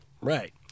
Right